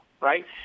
right